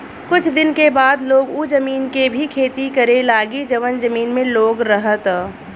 कुछ दिन के बाद लोग उ जमीन के भी खेती करे लागी जवन जमीन में लोग रहता